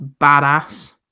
badass